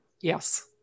Yes